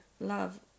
love